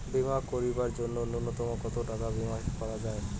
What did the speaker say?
বীমা করিবার জন্য নূন্যতম কতো টাকার বীমা করা যায়?